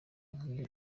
nkiyo